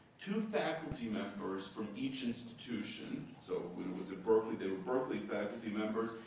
two faculty members from each institution so when it was at berkeley they were berkeley faculty members,